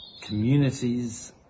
communities